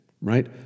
right